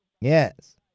Yes